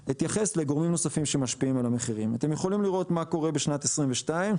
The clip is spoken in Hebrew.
אתם יכולים לראות מה קורה בשנת 2022,